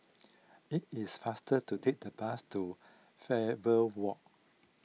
it is faster to take the bus to Faber Walk